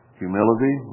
humility